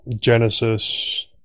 Genesis